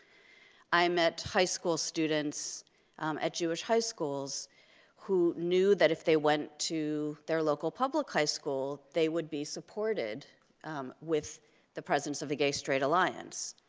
i met high school students at jewish high schools who knew that if they went to their local public high school, they would be supported with the presence of the gay straight alliance.